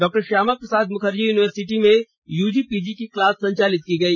डॉ श्यामा प्रसाद मुखर्जी यूनिवर्सिटी में UG PG की क्लास संचालित की गई